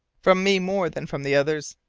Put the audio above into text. from me more than from the others.